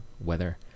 weather